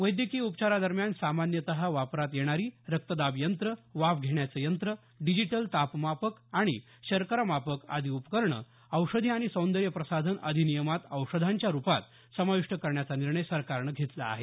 वैद्यकीय उपचारादरम्यान सामान्यतः वापरात येणारी रक्तदाब यंत्र वाफ घेण्याचं यंत्र डिजिटल तापमापक आणि शर्करामापक आदी उपकरणं औषधी आणि सौंदर्य प्रसाधन अधिनियमात औषधांच्या रुपात समाविष्ट करण्याचा निर्णय सरकारनं घेतला आहे